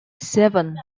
seven